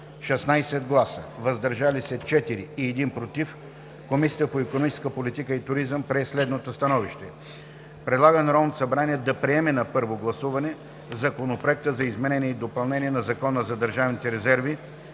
16 гласа, „въздържал се“ 4 и 1 „против“, Комисията по икономическа политика и туризъм прие следното становище: предлага на Народното събрание да приеме на първо гласуване Законопроекта за изменение и допълнение на Закона за държавните резерви